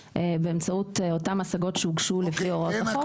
באמצעות אותן השגות שהוגשו לפי הוראות החוק.